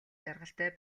жаргалтай